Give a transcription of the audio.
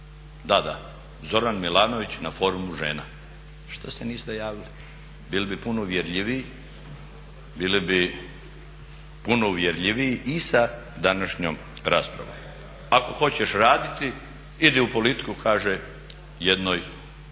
Da, da Zoran Milanović na Forumu žena. Što se niste javili? Bili bi puno uvjerljiviji, bili bi puno uvjerljiviji i sa današnjom raspravom. Ako hoćeš raditi idi u politiku kaže jednoj